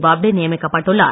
போப்டே நியமிக்கப்பட்டுள்ளார்